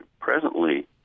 presently